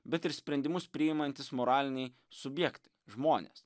bet ir sprendimus priimantys moraliniai subjektai žmonės